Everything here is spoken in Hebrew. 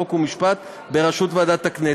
חוק ומשפט בראשות ועדת הכנסת.